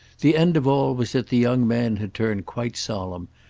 the end of all was that the young man had turned quite solemn,